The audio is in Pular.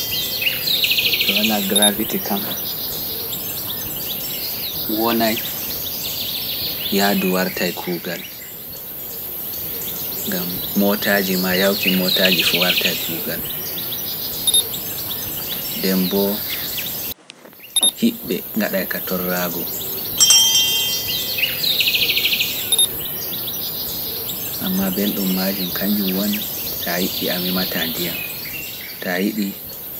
To walaa gravity kam wonay yahdu wartay kuugal, ngam mootaaji maa yahuki mootaaji fuu wartay kuugal, nden boo hiiɓɓe ngaɗay ka torraago, ammaa belɗum maajum kannjum woni, ta a yiɗii a meemataa ndiyam, ta a yiɗii